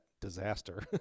disaster